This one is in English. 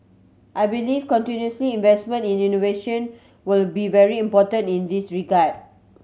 I believe continuous investment in innovation will be very important in this regard